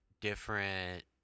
different